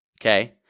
Okay